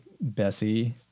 bessie